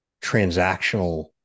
transactional